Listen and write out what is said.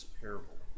parable